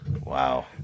Wow